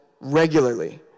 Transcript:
regularly